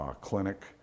clinic